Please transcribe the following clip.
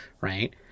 right